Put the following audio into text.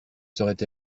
seraient